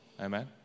Amen